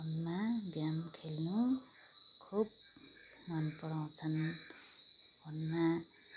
फोनमा गेम खेल्नु खुब मनपराउँछन् फोनमा